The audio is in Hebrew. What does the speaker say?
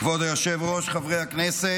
כבוד היושב-ראש, חברי הכנסת,